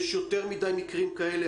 יש הרבה יותר מדי מקרים כאלה.